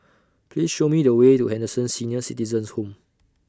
Please Show Me The Way to Henderson Senior Citizens' Home